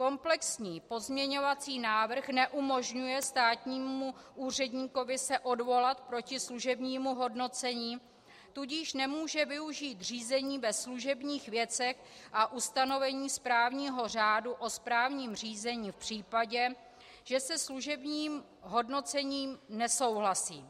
Komplexní pozměňovací návrh neumožňuje státnímu úředníkovi se odvolat proti služebnímu hodnocení, tudíž nemůže využít řízení ve služebních věcech a ustanovení správního řádu o správním řízení v případě, že se služebním hodnocením nesouhlasí.